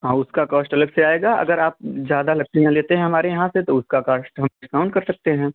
हाँ उसका कॉस्ट अलग से आएगा अगर आप ज़्यादा लकड़ियाँ लेते हैं हमारे यहाँ से तो उसका कॉस्ट हम डिस्काउन्ट कर सकते हैं